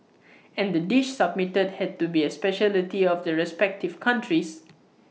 and the dish submitted had to be A speciality of the respective countries